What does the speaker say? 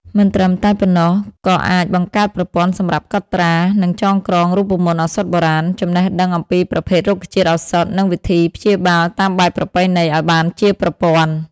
មិនត្រឹមតែប៉ុណ្ណោះ ក័អាចបង្កើតប្រព័ន្ធសម្រាប់កត់ត្រា និងចងក្រងរូបមន្តឱសថបុរាណ ចំណេះដឹងអំពីប្រភេទរុក្ខជាតិឱសថ និងវិធីព្យាបាលតាមបែបប្រពៃណីឲ្យបានជាប្រព័ន្ធ។